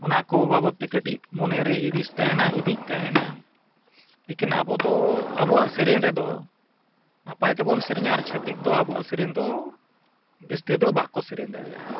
ᱚᱱᱟ ᱠᱚ ᱵᱟᱵᱚᱛ ᱛᱮ ᱠᱟᱹᱴᱤᱡ ᱢᱚᱱᱮ ᱨᱮ ᱦᱩᱫᱤᱥ ᱛᱟᱦᱮᱱᱟ ᱦᱤᱫᱤᱡ ᱛᱟᱦᱮᱱᱟ ᱞᱮᱠᱤᱱ ᱟᱵᱚ ᱫᱚ ᱟᱵᱚᱣᱟᱜ ᱥᱮᱨᱮᱧ ᱨᱮᱫᱚ ᱱᱟᱯᱟᱭ ᱛᱮᱵᱚᱱ ᱥᱮᱨᱮᱧᱟ ᱟᱨ ᱪᱷᱟᱹᱛᱤᱠ ᱫᱚ ᱟᱵᱚᱣᱟᱜ ᱥᱮᱨᱮᱧ ᱫᱚ ᱵᱮᱥ ᱛᱮᱫᱚ ᱵᱟᱠᱚ ᱥᱮᱨᱮᱧ ᱫᱟᱲᱮᱭᱟᱜᱼᱟ